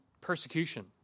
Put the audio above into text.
persecution